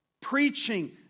preaching